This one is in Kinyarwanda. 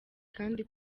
kandi